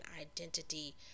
identity